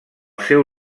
seu